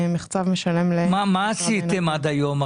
מחצב משלם --- מה עשיתם עד היום?